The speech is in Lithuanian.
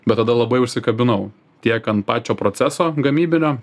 bet tada labai užsikabinau tiek ant pačio proceso gamybinio